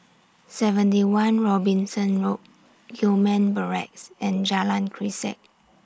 seventy one Robinson Road Gillman Barracks and Jalan Grisek